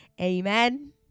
Amen